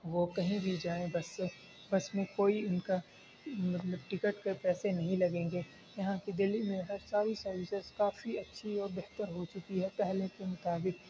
وہ کہیں بھی جائیں بس سے بس میں کوئی ان کا مطلب ٹکٹ کے پیسے نہیں لگیں گے یہاں کہ دہلی میں بہت ساری سروسس کافی اچھی اور بہتر ہو چکی ہے پہلے کے مطابق